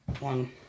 One